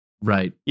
right